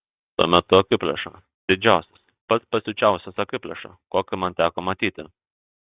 tuomet tu akiplėša didžiausias pats pasiučiausias akiplėša kokį man teko matyti